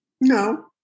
No